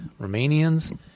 Romanians